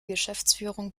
geschäftsführung